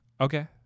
okay